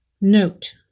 Note